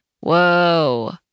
Whoa